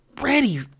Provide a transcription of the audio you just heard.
ready